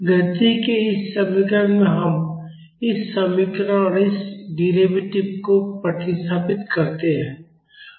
गति के इस समीकरण में हम इस समीकरण और इसके डेरिवेटिव को प्रतिस्थापित करते हैं